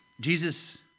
Jesus